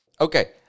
Okay